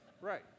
Right